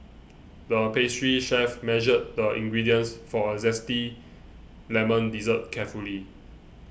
the pastry chef measured the ingredients for a Zesty Lemon Dessert carefully